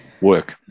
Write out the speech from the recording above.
work